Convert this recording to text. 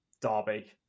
derby